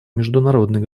международной